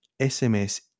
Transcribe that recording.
SMS